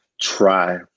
try